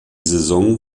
saison